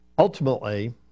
Ultimately